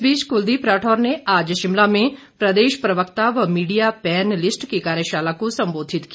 इस बीच कुलदीप राठौर ने आज शिमला में प्रदेश प्रवक्ता व मीडिया पैन लिस्ट की कार्यशाला को भी संबोधित किया